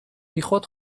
بیخود